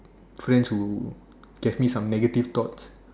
friends who gave me some negative thoughts